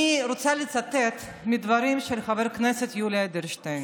אני רוצה לצטט מדברים של חבר הכנסת יולי אדלשטיין,